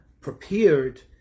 prepared